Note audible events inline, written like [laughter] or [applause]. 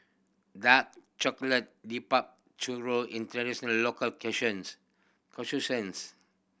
dark chocolate [unintelligible] churro is a traditional local [unintelligible]